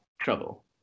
trouble